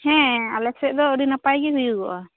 ᱦᱮᱸ ᱟᱞᱮ ᱥᱮᱡ ᱫᱚ ᱟᱹᱰᱤ ᱱᱟᱯᱟᱭ ᱜᱮ ᱦᱩᱭᱩᱜᱼᱟ